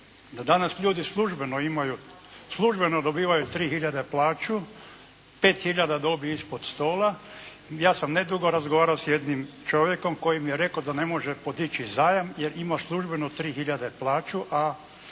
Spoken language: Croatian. imaju, službeno dobivaju tri hiljade plaću, pet hiljada dobi ispod stola. Ja sam nedugo razgovarao s jednim čovjekom koji mi je rekao da ne može podići zajam jer ima službeno 3 hiljade plaću,